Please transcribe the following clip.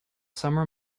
summer